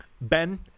Ben